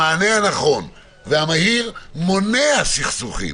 המענה הנכון והמהיר מונע סכסוכים,